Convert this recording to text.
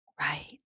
Right